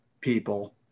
people